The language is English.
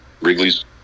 Wrigley's